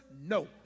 No